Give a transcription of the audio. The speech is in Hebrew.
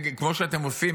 כמו שאתם עושים,